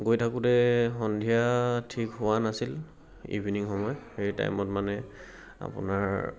গৈ থাকোঁতে সন্ধিয়া ঠিক হোৱা নাছিল ইভিনিং সময় সেই টাইমত মানে আপোনাৰ